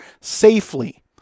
safely